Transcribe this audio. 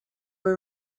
were